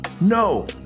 no